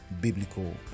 biblical